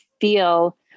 feel